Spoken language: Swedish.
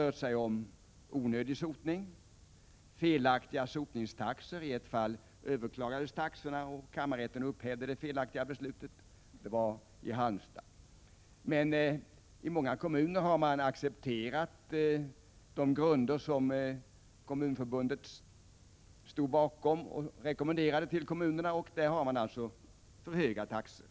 rört sig om onödig sotning och felaktiga sotningstaxor — i ett fall, i Halmstad, överklagades taxorna och kammarrätten upphävde det felaktiga beslutet, men i många kommuner har man accepterat de grunder som Kommunförbundet rekommenderat, och där har man alltså för höga taxor.